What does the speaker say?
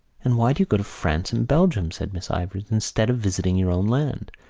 and why do you go to france and belgium, said miss ivors, instead of visiting your own land?